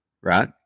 Right